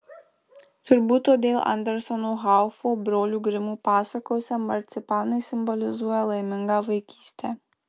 turbūt todėl anderseno haufo brolių grimų pasakose marcipanai simbolizuoja laimingą vaikystę